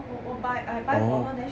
我我 I I buy for her then she